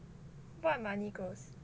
what money goals